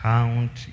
Count